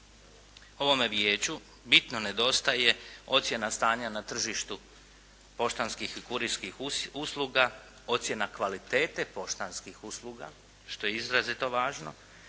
ovome vijeću bitno nedostaje ocjena stanja na tržištu poštanskih i kurirskih usluga, ocjena kvalitete poštanskih usluga što je izrazito važno.